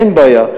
אין בעיה.